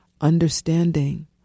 understanding